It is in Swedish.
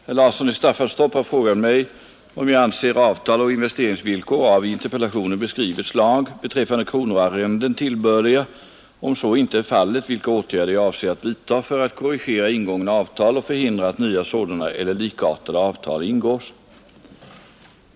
Herr talman! Herr Larsson i Staffanstorp har frågat mig om jag anser avtal och investeringsvillkor av i interpellationen beskrivet slag beträffande kronoarrenden tillbörliga och, om så inte är fallet, vilka åtgärder jag avser att vidtaga för att korrigera ingångna avtal och förhindra att nya sådana eller likartade avtal ingås.